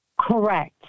Correct